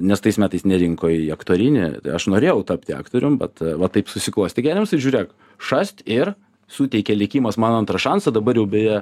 nes tais metais nerinko į aktorinį tai aš norėjau tapti aktorium bet va taip susiklostė gyvenimas ir žiūrėk šast ir suteikia likimas man antrą šansą dabar jau beje